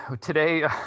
today